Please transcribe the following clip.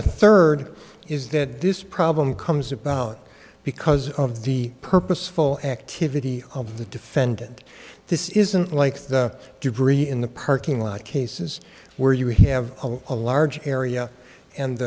the third is that this problem comes about because of the purposeful activity of the defendant this isn't like the debris in the parking lot cases where you have a large area and